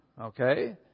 okay